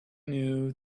knew